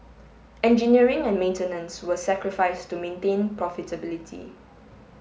engineering and maintenance were sacrificed to maintain profitability